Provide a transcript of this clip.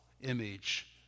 image